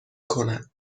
کند